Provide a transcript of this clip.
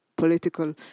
political